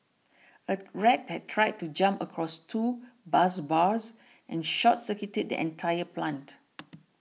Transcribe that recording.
a rat had tried to jump across two bus bars and short circuited the entire plant